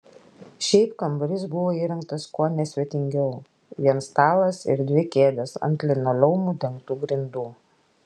šiaip kambarys buvo įrengtas kuo nesvetingiau vien stalas ir dvi kėdės ant linoleumu dengtų grindų